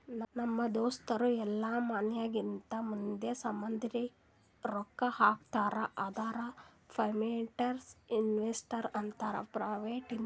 ನಮ್ ದೋಸ್ತರು ಇಲ್ಲಾ ಮನ್ಯಾಗಿಂದ್ ಮಂದಿ, ಸಂಭಂದಿಕ್ರು ರೊಕ್ಕಾ ಹಾಕುರ್ ಅಂದುರ್ ಪ್ರೈವೇಟ್ ಇನ್ವೆಸ್ಟರ್ ಅಂತಾರ್